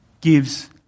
gives